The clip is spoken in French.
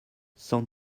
cent